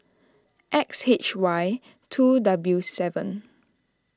X H Y two W seven